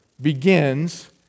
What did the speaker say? begins